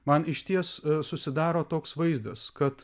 man išties susidaro toks vaizdas kad